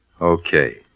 Okay